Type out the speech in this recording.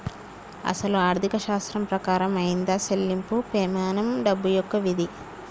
అసలు ఆర్థిక శాస్త్రం ప్రకారం ఆయిదా సెళ్ళింపు పెమానం డబ్బు యొక్క విధి